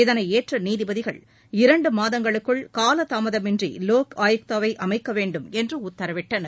இதனை ஏற்ற நீதிபதிகள் இரண்டு மாதங்களுக்குள் காலதாமதமின்றி லோக் ஆயுக்தாவை அமைக்க வேண்டும் என்று உத்தரவிட்டனர்